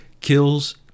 kills